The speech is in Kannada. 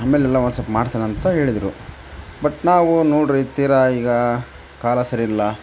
ಆಮೇಲ್ ಎಲ್ಲ ಹೊಸತು ಮಾಡ್ಸೋಣ ಅಂತ ಹೇಳಿದ್ರು ಬಟ್ ನಾವು ನೋಡ್ರಿ ತೀರಾ ಈಗಾ ಕಾಲ ಸರಿ ಇಲ್ಲ